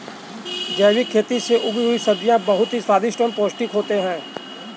जैविक खेती से उगी हुई सब्जियां बहुत ही स्वादिष्ट और पौष्टिक होते हैं